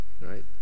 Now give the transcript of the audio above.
right